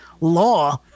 law